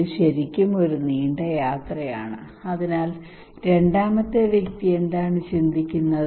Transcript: ഇത് ശരിക്കും ഒരു നീണ്ട യാത്രയാണ് അതിനാൽ രണ്ടാമത്തെ വ്യക്തി എന്താണ് ചിന്തിക്കുന്നത്